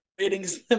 ratings